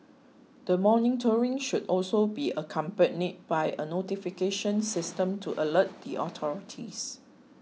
the monitoring should also be accompanied by a notification system to alert the authorities